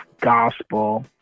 gospel